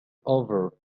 over